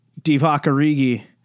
Divacarigi